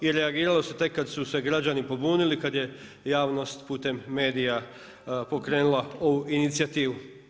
I reagiralo se tek kad su se građani pobunili, kad je javnost putem medija pokrenula ovu inicijativu.